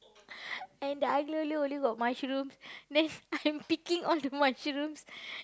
and the aglio olio only got mushroom next I'm picking all the mushrooms